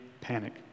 panic